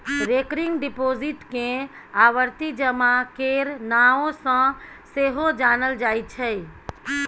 recurring deposit केँ आवर्ती जमा केर नाओ सँ सेहो जानल जाइ छै